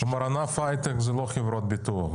כלומר, ענף ההייטק זה לא חברות ביטוח.